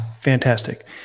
Fantastic